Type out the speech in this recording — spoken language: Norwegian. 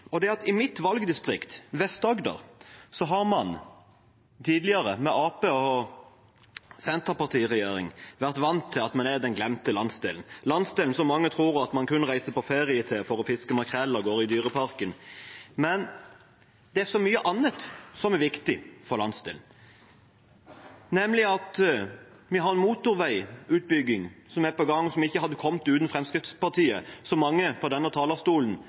og det er at i mitt valgdistrikt, Vest-Agder, har man tidligere, med Arbeiderpartiet og Senterpartiet i regjering, vært vant til at vi er den glemte landsdelen – landsdelen mange tror man kun reiser på ferie til for å fiske makrell og gå i dyreparken. Det er så mye annet som er viktig for landsdelen, nemlig at vi har motorveiutbygging på gang, som ikke hadde kommet uten Fremskrittspartiet, og som mange fra denne talerstolen